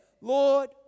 Lord